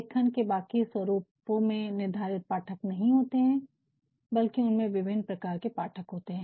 लेखन के बाकी स्वरूपों में निर्धारित पाठक नहीं होते बल्कि उन में विभिन्न प्रकार के पाठक होते हैं